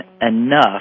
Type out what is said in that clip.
enough